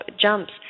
jumps